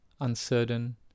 uncertain